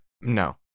No